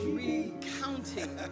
recounting